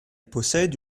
possède